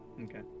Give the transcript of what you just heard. Okay